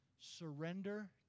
surrender